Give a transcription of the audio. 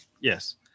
Yes